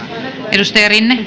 arvoisa